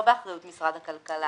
לא באחריות משרד הכלכלה,